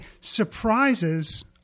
surprises